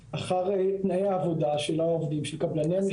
תנאי העבודה של העובדים של קבלני המשנה,